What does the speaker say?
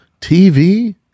TV